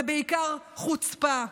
זו בעיקר חוצפה.